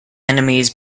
enemies